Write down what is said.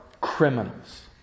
criminals